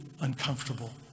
uncomfortable